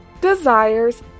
desires